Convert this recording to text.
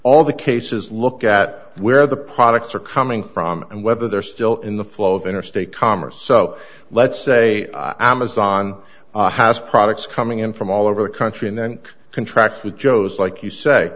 all the cases look at where the products are coming from and whether they're still in the flow of interstate commerce so let's say i am a zhan has products coming in from all over the country and then contract with joe's like you say